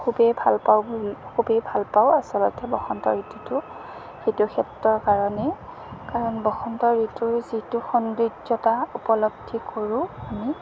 খুবেই ভাল পাওঁ খুবেই ভাল পাওঁ আচলতে বসন্ত ঋতুটো সেইটো ক্ষেত্ৰৰ কাৰণে কাৰণ বসন্ত ঋতুৰ যিটো সৌন্দৰ্যতা উপলব্ধি কৰোঁ আমি